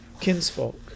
kinsfolk